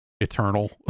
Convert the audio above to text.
eternal